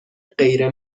غیر